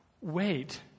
wait